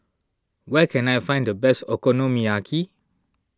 where can I find the best Okonomiyaki